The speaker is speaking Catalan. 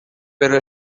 però